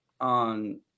on